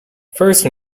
first